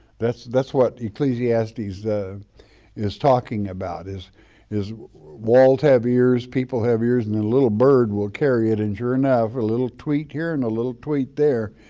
that's that's what ecclesiastes is talking about, is is walls have ears, people have ears and and a little bird will carry it and sure enough, a little tweet here and a little tweet there.